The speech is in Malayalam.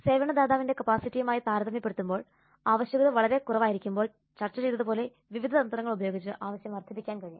സേവന ദാതാവിന്റെ കപ്പാസിറ്റിയുമായി താരതമ്യപ്പെടുത്തുമ്പോൾ ആവശ്യകത വളരെ കുറവായിരിക്കുമ്പോൾ ചർച്ച ചെയ്തതുപോലെ വിവിധ തന്ത്രങ്ങൾ ഉപയോഗിച്ച് ആവശ്യം വർദ്ധിപ്പിക്കാൻ കഴിയും